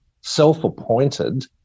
self-appointed